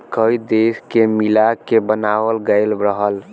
कई देश के मिला के बनावाल गएल रहल